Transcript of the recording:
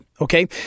Okay